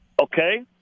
Okay